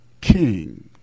king